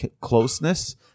closeness